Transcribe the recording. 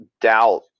doubt